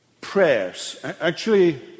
prayers—actually